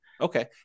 Okay